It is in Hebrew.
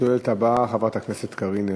השואלת הבאה, חברת הכנסת קארין אלהרר,